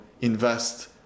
invest